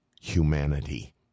humanity